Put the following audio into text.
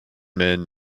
men